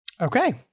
Okay